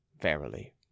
Verily